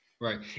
Right